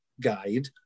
Guide